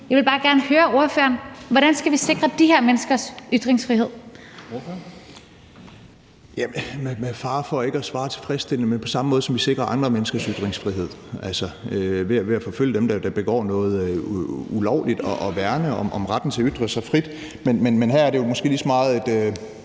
Ordføreren. Kl. 17:27 Alex Vanopslagh (LA): Med fare for ikke at svare tilfredsstillende vil jeg sige: På samme måde, som vi sikrer andre menneskers ytringsfrihed, altså ved at forfølge dem, der begår noget ulovligt, og værne om retten til at ytre sig frit. Men her er det måske lige så meget et